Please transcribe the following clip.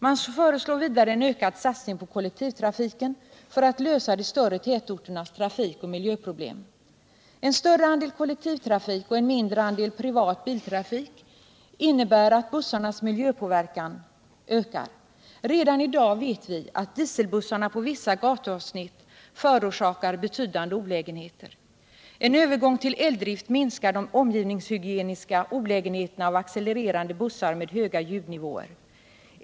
Man föreslår vidare en ökad satsning på kollektivtrafiken för att lösa de större tätorternas trafikoch miljöproblem. En större andel kollektivtrafik och en mindre andel privat biltrafik innebär att bussarnas miljöpåverkan ökar. Redan i dag vet vi att dieselbussarna på vissa gatuavsnitt förorsakar betydande olägenheter. En övergång till eldrift minskar de omgivningshygieniska olägenheterna av accelererande bussar med höga ljudnivåer.